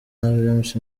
james